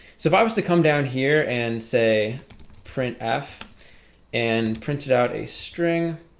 so if i was to come down here and say print f and print it out a string